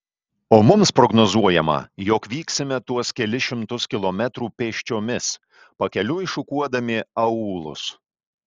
o mums prognozuojama jog vyksime tuos kelis šimtus kilometrų pėsčiomis pakeliui šukuodami aūlus